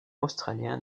australien